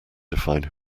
define